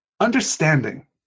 Understanding